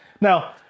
Now